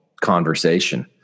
conversation